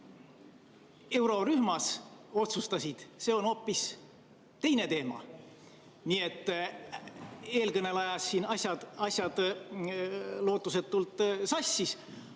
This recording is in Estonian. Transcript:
eurorühmas otsustasid, on hoopis teine teema. Nii et eelkõneleja ajas siin asjad lootusetult sassi,